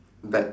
bet